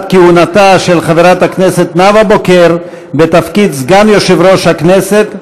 כהונתה של חברת הכנסת נאוה בוקר בתפקיד סגן יושב-ראש הכנסת.